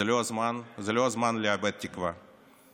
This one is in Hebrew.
זה לא הזמן לאבד תקווה,